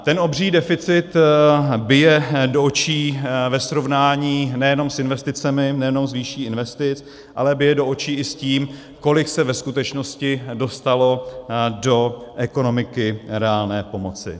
Ten obří deficit bije do očí ve srovnání nejenom s investicemi, nejenom s výší investic, ale bije do očí i s tím, kolik se ve skutečnosti dostalo do ekonomiky reálné pomoci.